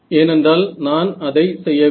ஏனென்றால் நான் அதை செய்யவில்லை